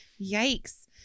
Yikes